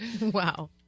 Wow